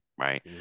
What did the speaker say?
right